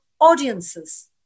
audiences